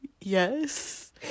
Yes